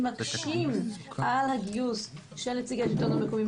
מקשים על הגיוס של נציגי השלטון המקומי,